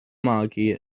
magu